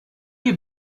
you